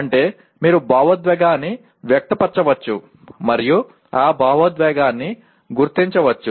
అంటే మీరు భావోద్వేగాన్ని వ్యక్తపరచవచ్చు మరియు ఆ భావోద్వేగాన్ని గుర్తించవచ్చు